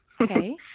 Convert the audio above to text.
Okay